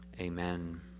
amen